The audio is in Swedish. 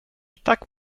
tack